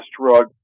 drug